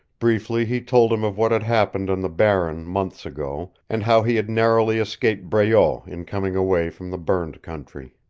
briefly he told him of what had happened on the barren months ago, and how he had narrowly escaped breault in coming away from the burned country.